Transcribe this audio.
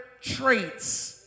traits